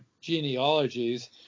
genealogies